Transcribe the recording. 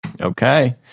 Okay